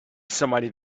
somebody